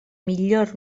millor